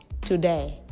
today